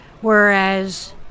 whereas